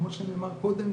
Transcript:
כמו שנאמר קודם,